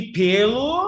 pelo